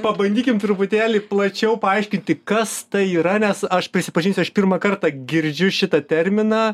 pabandykim truputėlį plačiau paaiškinti kas tai yra nes aš prisipažinsiu aš pirmą kartą girdžiu šitą terminą